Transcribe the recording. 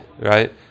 right